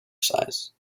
size